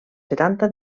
setanta